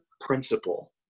principle